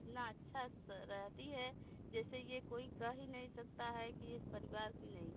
इतना अच्छे सा रहती है जैसे ये कोई कह ही नहीं सकता है कि इस परिवार की नहीं है